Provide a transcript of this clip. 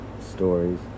stories